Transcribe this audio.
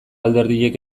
alderdiek